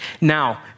Now